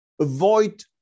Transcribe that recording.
Avoid